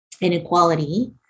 inequality